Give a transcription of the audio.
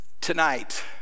tonight